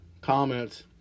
comments